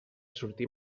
sortir